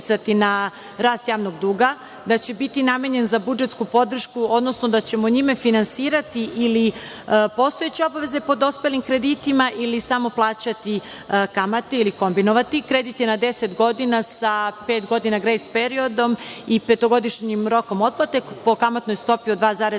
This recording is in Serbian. da će biti namenjen za budžetsku podršku, odnosno da ćemo njime finansirati ili postojeće obaveze po dospelim kreditima ili samo plaćati kamate ili kombinovati. Kredit je na 10 godina, sa pet godina grejs periodom i petogodišnjim rokom otplate po kamatnoj stopi od 2,25%.